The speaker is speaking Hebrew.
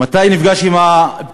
והייתי צריך להיכנס לגוגל ולחפש.